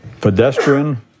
pedestrian